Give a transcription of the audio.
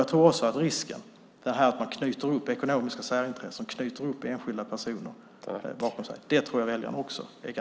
Jag tror också att väljarna är ganska rädda för risken att man knyter upp ekonomiska särintressen och enskilda personer bakom sig.